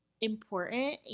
important